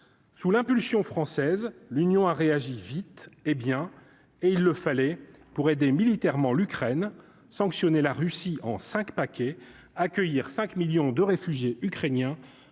sous l'impulsion française l'union a réagi vite et bien, et il le fallait pour aider militairement l'Ukraine sanctionner la Russie en 5 paquets accueillir 5 millions de réfugiés ukrainiens